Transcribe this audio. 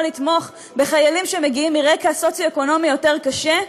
לתמוך בחיילים שמגיעים מרקע סוציו-אקונומי יותר קשה,